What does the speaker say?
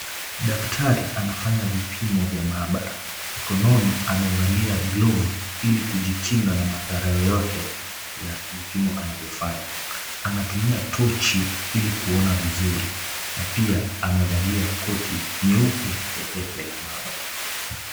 Daktari anafanya vipimo vya maabara. Mikononi amevalia glovu ili kujikinga na madhara yoyote ya vipimo anavyofanya. Anatumia tochi ili kuona vizuri na pia amevalia koti nyeupe pepepe la maabara.